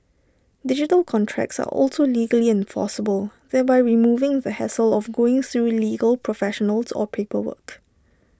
digital contracts are also legally enforceable thereby removing the hassle of going through legal professionals or paperwork